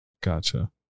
gotcha